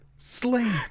slay